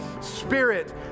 Spirit